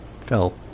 fell